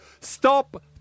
Stop